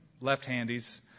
left-handies